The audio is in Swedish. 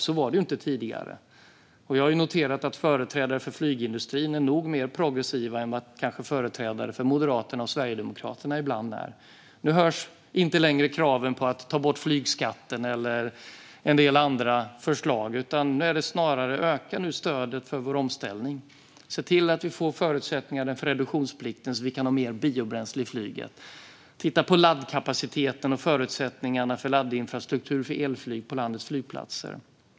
Så var det inte tidigare. Jag har noterat att företrädare för flygindustrin nog är mer progressiva än vad kanske företrädare för Moderaterna och Sverigedemokraterna ibland är. Nu hörs inte längre kraven på att ta bort flygskatten eller en del andra förslag. Nu är det snarare: Öka nu stödet för vår omställning. Se till att vi får förutsättningar för reduktionsplikten så att vi kan ha mer biobränsle i flyget. Titta på laddkapaciteten och förutsättningarna för laddinfrastruktur för elflyg på landets flygplatser.